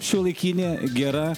šiuolaikinė gera